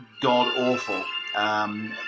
god-awful